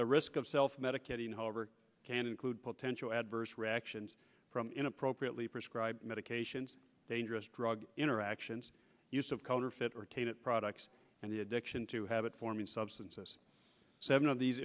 the risk of self medicating however can include potential adverse reactions in appropriately prescribed medications dangerous drug interactions use of counterfeit products and the addiction to habit forming substances seven of these